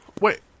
Wait